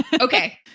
okay